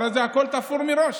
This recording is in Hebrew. הרי זה הכול תפור מראש.